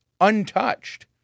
untouched